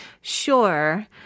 sure